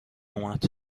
اومد